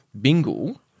bingle